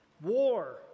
war